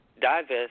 divest